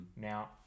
now